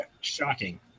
shocking